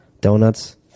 Donuts